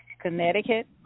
Connecticut